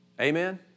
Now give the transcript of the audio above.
Amen